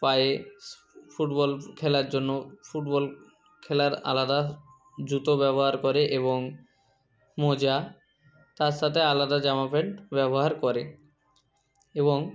পায়ে ফুটবল খেলার জন্য ফুটবল খেলার আলাদা জুতো ব্যবহার করে এবং মোজা তার সাথে আলাদা জামা প্যান্ট ব্যবহার করে এবং